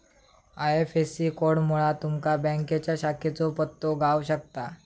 IFSC कोडमुळा तुमका बँकेच्या शाखेचो पत्तो गाव शकता